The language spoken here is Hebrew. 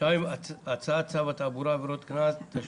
וכן הצעת צו התעבורה (עבירות קנס) (תיקון),